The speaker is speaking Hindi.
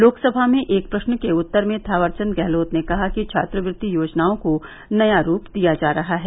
लोकसभा में एक प्रश्न के उत्तर में थावरचंद गहलोत ने कहा कि छात्रवृति योजनाओं को नया रूप दिया जा रहा है